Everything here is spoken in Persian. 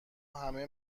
همه